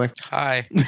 hi